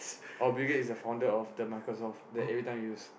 oh Bill-Gates is the founder of the Microsoft that everytime you use